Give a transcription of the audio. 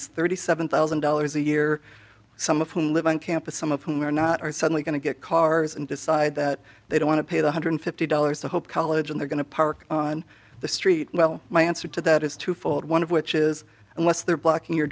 six thirty seven thousand dollars a year some of whom live on campus some of whom are not are suddenly going to get cars and decide that they don't want to pay one hundred fifty dollars to hope college and they're going to park on the street well my answer to that is twofold one of which is unless they're blocking your